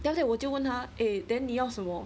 then after that 我就问他 eh then 你要什么